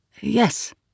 yes